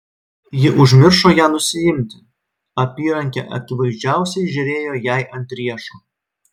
ji užmiršo ją nusiimti apyrankė akivaizdžiausiai žėrėjo jai ant riešo